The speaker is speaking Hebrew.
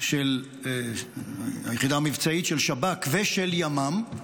של היחידה המבצעית של שב"כ ושל ימ"מ,